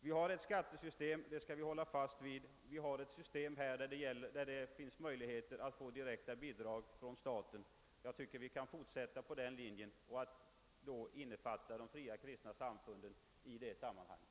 Vi skall hålla fast vid det system som innebär möjlighet att få direkta bidrag från staten, och här kan också de fria samfunden komma med.